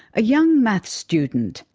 a young maths student,